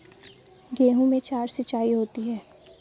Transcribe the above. गेहूं में चार सिचाई होती हैं